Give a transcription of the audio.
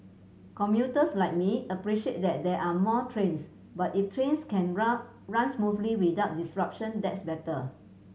commuters like me appreciate that there are more trains but if trains can run run smoothly without disruption that's better